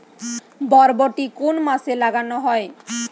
বরবটি কোন মাসে লাগানো হয়?